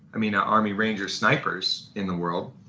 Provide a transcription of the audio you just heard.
i mean ah army ranger snipers in the world,